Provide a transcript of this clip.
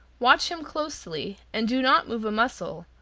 watch him closely, and do not move a muscle,